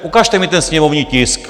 Ukažte mi ten sněmovní tisk.